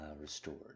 restored